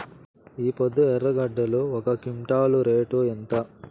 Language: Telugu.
ఈపొద్దు ఎర్రగడ్డలు ఒక క్వింటాలు రేటు ఎంత?